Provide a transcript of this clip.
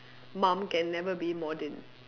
mum can never be modern